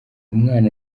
umwana